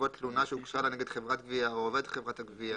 בעקבות תלונה שהוגשה לה נגד חברת גבייה או עובד חברת הגבייה